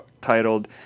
titled